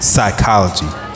Psychology